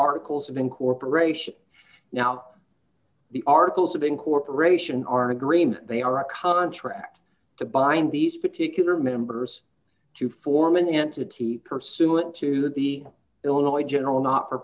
articles of incorporation now the articles of incorporation our agreement they are a contract to bind these particular members to form an entity pursuant to the illinois general not for